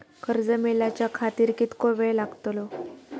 कर्ज मेलाच्या खातिर कीतको वेळ लागतलो?